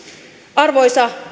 arvoisa